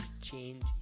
change